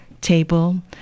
table